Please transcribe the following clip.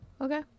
Okay